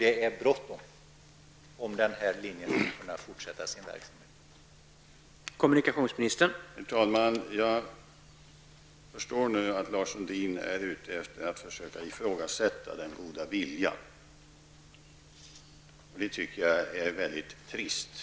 Det är bråttom att göra det om rederiet skall kunna fortsätta med sin verksamhet på den här linjen.